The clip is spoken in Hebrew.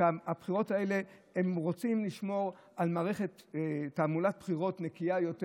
שבבחירות האלה הם רוצים לשמור על מערכת תעמולת בחירות נקייה יותר,